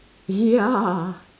ya